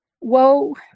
Woe